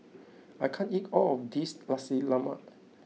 I can't eat all of this Nasi Lemak